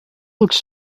looks